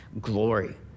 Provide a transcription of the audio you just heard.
glory